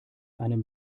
einem